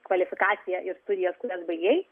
kvalifikaciją ir studijas kurias baigei